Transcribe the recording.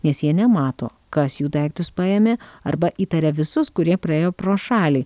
nes jie nemato kas jų daiktus paėmė arba įtaria visus kurie praėjo pro šalį